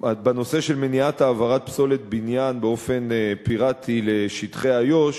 בנושא של מניעת העברת פסולת בניין באופן פיראטי לשטחי איו"ש,